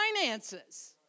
finances